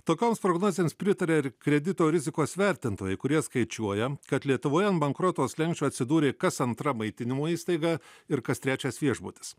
tokioms prognozėms pritaria ir kredito rizikos vertintojai kurie skaičiuoja kad lietuvoje ant bankroto slenksčio atsidūrė kas antra maitinimo įstaiga ir kas trečias viešbutis